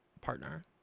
partner